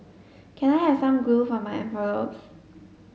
can I have some glue for my envelopes